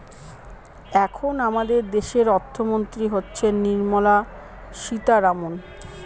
এখন আমাদের দেশের অর্থমন্ত্রী হচ্ছেন নির্মলা সীতারামন